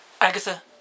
Agatha